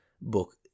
book